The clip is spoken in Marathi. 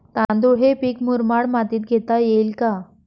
तांदूळ हे पीक मुरमाड मातीत घेता येईल का?